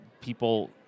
people